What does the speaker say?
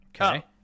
okay